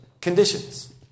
conditions